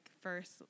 first